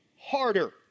harder